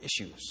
issues